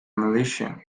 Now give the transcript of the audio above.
militia